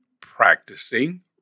practicing